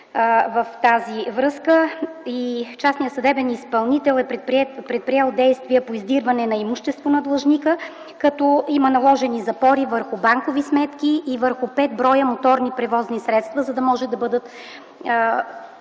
в тази връзка. Частният съдебен изпълнител е предприел действия по издирване на имущество на длъжника, като има наложени запори върху банкови сметки и върху 5 броя моторни превозни средства, за да могат да бъдат